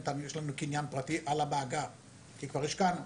ובינתיים יש לנו קניין פרטי על המאגר כי כבר השקענו.